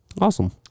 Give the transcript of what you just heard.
Awesome